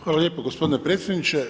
Hvala lijepo gospodine predsjedniče.